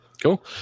cool